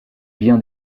bien